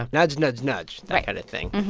nudge, nudge, nudge that kind of thing